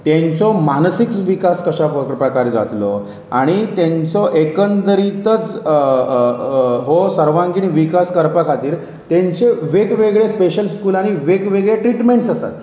तेंचो मानसीक विकास कशा प्र प्रकार जातलो आणी तेंचो एकंदरीतच हो सर्वकिण विकास करपा खातीर तेंचे वेगवेगळे स्पेशल स्कूला आनी वेगवेगळे ट्रिटमेंट्स आसात